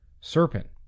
serpent